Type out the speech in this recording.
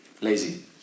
Lazy